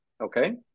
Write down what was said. okay